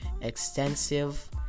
extensive